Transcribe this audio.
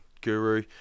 guru